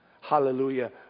Hallelujah